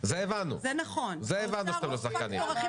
שעלה דווקא עכשיו,